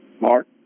Mark